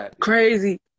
crazy